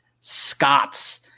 scots